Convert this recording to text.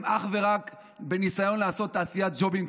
הם אך ורק בניסיון לעשות תעשיית ג'ובים,